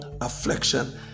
affliction